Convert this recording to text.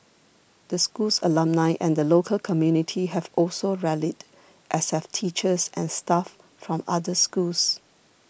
the school's alumni and the local community have also rallied as have teachers and staff from other schools